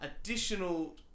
additional